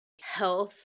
health